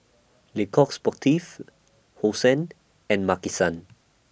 Le Coq Sportif Hosen and Maki San